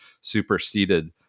superseded